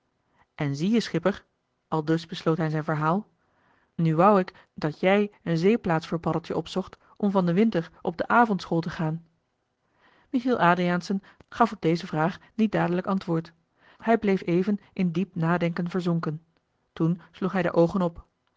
en zie-je schipper aldus besloot hij zijn verhaal nu wou ik dat joe een zeeplaats voor paddeltje opzocht om van de winter op de avondschool te gaan michiel adriaensen gaf op deze vraag niet dadelijk antwoord hij bleef even in diep nadenken verzonken toen sloeg hij de oogen op